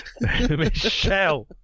Michelle